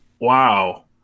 wow